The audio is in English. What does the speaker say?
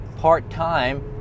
part-time